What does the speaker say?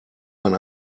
man